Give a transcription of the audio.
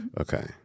Okay